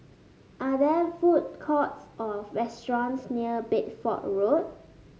are there food courts or restaurants near Bedford Road